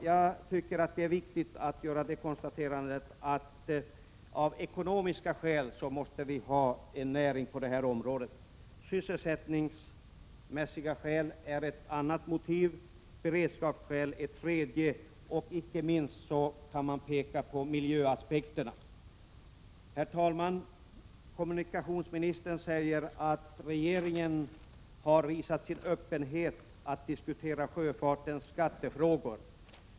Jag tycker det är viktigt att göra det konstaterandet att vi av ekonomiska skäl måste ha en näring på detta område. Sysselsättningsmässiga skäl är ett annat motiv, beredskapsskäl ett tredje, och icke minst kan man framhålla miljöaspekterna. Herr talman! Kommunikationsministern säger att regeringen har visat en öppenhet att diskutera sjöfartens skattefrågor.